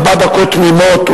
ארבע דקות תמימות,